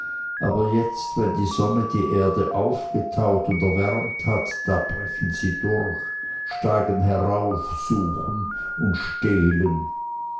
aber jetzt wenn die sonne die erde aufgetaut und erwärmt hat da brechen sie durch steigen herauf suchen und stehlen